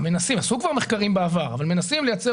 מייצרת